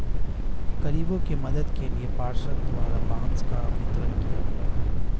गरीबों के मदद के लिए पार्षद द्वारा बांस का वितरण किया गया